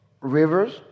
rivers